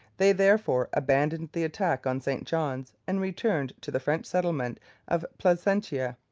they therefore abandoned the attack on st john's and returned to the french settlement of placentia,